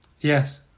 Yes